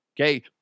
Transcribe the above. Okay